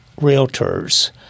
Realtors